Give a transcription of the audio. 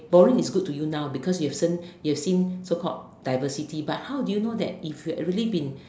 boring is good to you now because you've seen you've seen so called diversity but how do you know that if you have really been